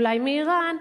אולי מאירן,